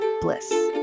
bliss